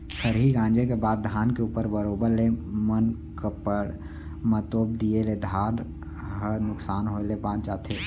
खरही गॉंजे के बाद धान के ऊपर बरोबर ले मनकप्पड़ म तोप दिए ले धार ह नुकसान होय ले बॉंच जाथे